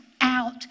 out